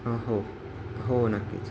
हां हो हो नक्कीच